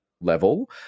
level